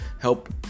help